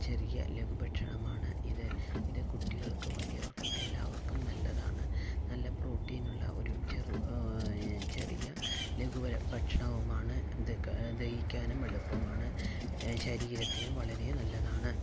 ചെറിയ ലഘു ഭക്ഷണമാണ് ഇത് ഇത് കുട്ടികൾക്കും വലിയവർക്കും എല്ലാവർക്കും നല്ലതാണ് നല്ല പ്രോട്ടീൻ ഉള്ള ഒരു ചെറു ചെറിയ ലഘുഭക്ഷണവുമാണ് ഇത് ദഹിക്കാനും എളുപ്പമാണ് ശരീരത്തിനും വളരെ നല്ലതാണ്